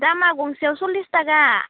दामा गंसेयाव सल्लिस थाखा